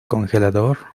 congelador